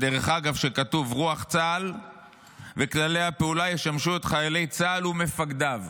ודרך אגב כתוב שרוח צה"ל וכללי הפעולה ישמשו את חיילי צה"ל ומפקדיו,